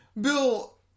Bill